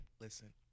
Listen